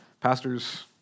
pastors